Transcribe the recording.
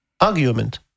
argument